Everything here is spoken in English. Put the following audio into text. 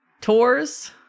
tours